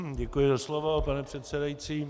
Děkuji za slovo, pane předsedající.